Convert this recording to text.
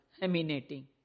emanating